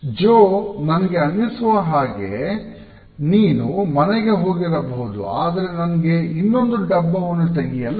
ಜೋ ನಂಗೆ ಅನ್ನಿಸುವ ಹಾಗೆ ಜೋ ನೀನು ಮನೆಗೆ ಹೋಗಿರಬಹುದು ಆದ್ರೆ ನಂಗೆ ಇನ್ನೊಂದು ಡಬ್ಬವನ್ನು ತೆಗೆಯಲು ಇದೆ